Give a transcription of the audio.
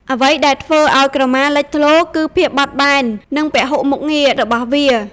អ្វីដែលធ្វើឲ្យក្រមាលេចធ្លោ គឺ ភាពបត់បែន និងពហុមុខងារ របស់វា។